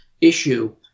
issue